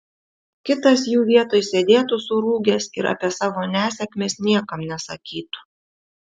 kitas jų vietoj sėdėtų surūgęs ir apie savo nesėkmes niekam nesakytų